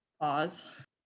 pause